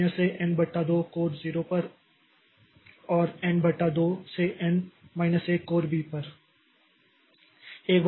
तो 0 से एन बटा 2 कोर 0 पर और एन बटा 2 से एन माइनस 1 कोर बी पर